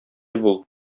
бул